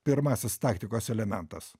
pirmasis taktikos elementas